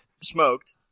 smoked